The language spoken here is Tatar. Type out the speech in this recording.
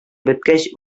беткәч